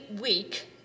week